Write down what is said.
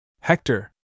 Hector